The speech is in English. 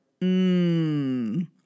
mmm